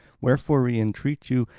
wherefore we entreat you,